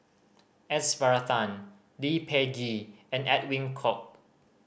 S Varathan Lee Peh Gee and Edwin Koek